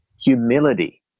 Humility